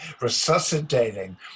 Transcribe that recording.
resuscitating